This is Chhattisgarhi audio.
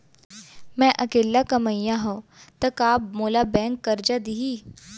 मैं अकेल्ला कमईया हव त का मोल बैंक करजा दिही?